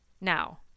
now